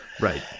Right